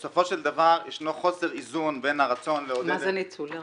בסופו של דבר ישנו חוסר איזון בין הרצון לעודד --- מה זה ניצול לרעה?